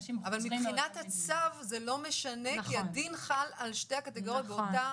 מבחינת הצו זה לא משנה כי הדין חל על שתי הקטגוריות באותה